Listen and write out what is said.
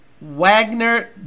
Wagner